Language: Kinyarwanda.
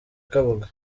kabuga